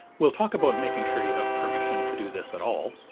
we'll talk about making sure you have permission to do this at all.